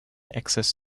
excess